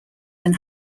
than